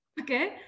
Okay